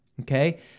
Okay